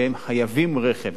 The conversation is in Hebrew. והם חייבים רכב,